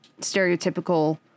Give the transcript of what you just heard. stereotypical